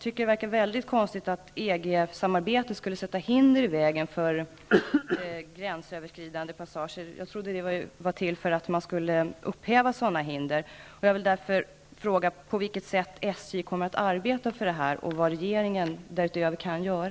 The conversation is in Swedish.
Det verkar mycket konstigt att EG-samarbetet skulle sätta hinder för gränsöverskridande passager. Jag trodde EG samarbetet skulle syfta till att upphäva sådana hinder. Jag vill därför fråga: På vilket sätt kommer SJ att arbeta för det här samarbetet och vad kan regeringen göra därutöver?